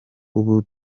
ubu